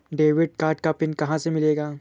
Debit card का PIN कहां से मिलेगा?